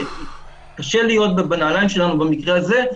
שקשה להיות בה בנעליים שלנו במקרה הזה,